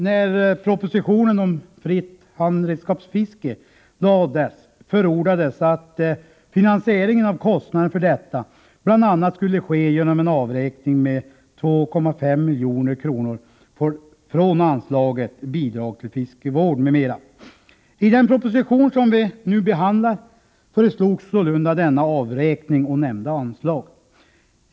När propositionen om fritt handredskapsfiske lades fram förordades att finansieringen av detta bl.a. skulle ske genom en avräkning med 2,5 milj.kr. från anslaget Bidrag till fiskevård m.m. I den proposition som vi nu behandlar föreslogs sålunda denna avräkning på nämnda anslag.